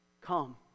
come